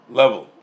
level